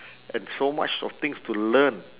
and so much of things to learn